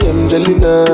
Angelina